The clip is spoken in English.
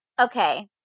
Okay